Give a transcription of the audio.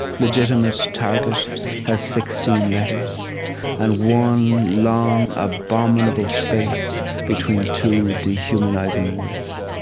legitimate target has sixteen letters and one long abominable space between two dehumanising words.